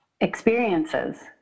experiences